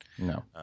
No